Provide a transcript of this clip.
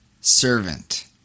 servant